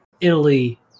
italy